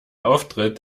auftritt